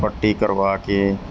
ਪੱਟੀ ਕਰਵਾ ਕੇ